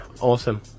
Awesome